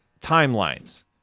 timelines